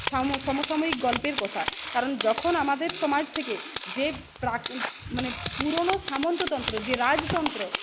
সমসাময়িক গল্পের কথা কারণ যখন আমাদের সমাজ থেকে যোক মানে পুরোনো সামন্ততন্ত্র যে রাজতন্ত্র